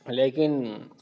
لیکن